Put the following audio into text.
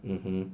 mmhmm